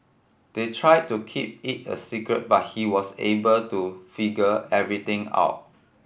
they tried to keep it a secret but he was able to figure everything out